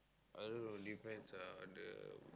I don't know the difference lah on the